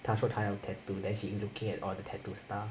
她说她要 tattoo then she looking at all the tattoo stuff